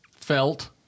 felt